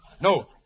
no